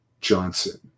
Johnson